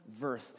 verse